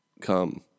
come